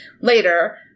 later